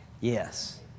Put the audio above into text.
Yes